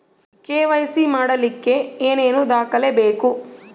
KYC ಮಾಡಲಿಕ್ಕೆ ಏನೇನು ದಾಖಲೆಬೇಕು?